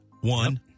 One